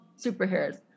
superheroes